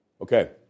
Okay